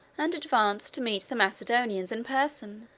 and advanced to meet the macedonians in person.